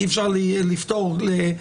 אי אפשר לפתור את זה.